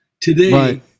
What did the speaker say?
Today